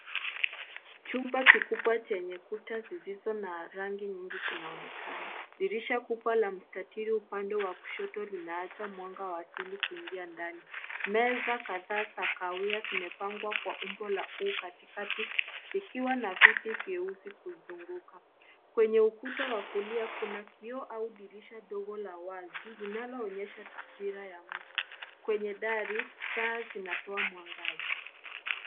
Kwenye kuta zisizo na rangi nyingi, linaonekana dirisha lenye mistatiri upande wa kushoto likiruhusu mwanga wa asili kuingia ndani. Meza, kathasa na kawia zimepangwa katikati kwa umbo la “U”, zikiwa zimezungukwa na viti vyeusi. Upande wa kulia wa ukuta kuna kioo au dirisha dogo la wazi linaloonyesha mandhari ya nje.